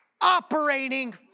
operating